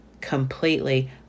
Completely